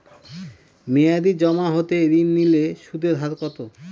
মেয়াদী জমা হতে ঋণ নিলে সুদের হার কত?